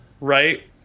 right